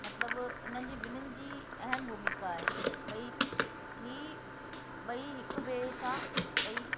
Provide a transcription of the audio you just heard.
मतिलबु इन्हनि जी ॿिन्हिनि जी अहम भूमिका आहे ॿई ही ॿई हिकु ॿिए सां ॿई